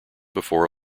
before